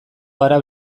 gara